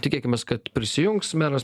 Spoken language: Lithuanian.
tikėkimės kad prisijungs meras